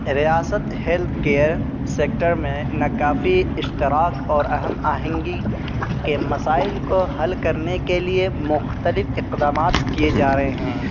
ریاست health care sector میں ناکافی اشتراک اور ہم آہنگی کے مسائل کو حل کرنے کے لیے مختلف اقدامات کیے جا رہے ہیں